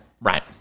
Right